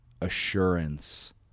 assurance